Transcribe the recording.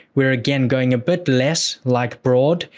we're again going a bit less like broad,